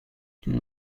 این